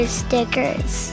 stickers